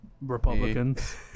Republicans